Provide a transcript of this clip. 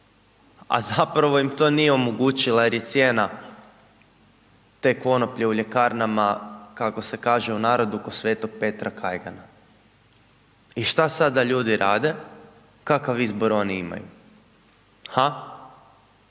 a zapravo im to nije omogućila jer je cijena te konoplje u ljekarnama, kako se kaže u narodu ko Sveta Petra kajgana. I što sada da ljudi rade, kakav izbor imaju, ha?